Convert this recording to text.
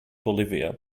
bolivia